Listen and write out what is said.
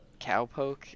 cowpoke